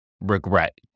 regret